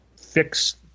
fix